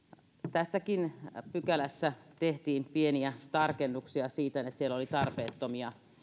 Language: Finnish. tässäkin pykälässä tehtiin pieniä tarkennuksia sillä siellä oli tarpeettomia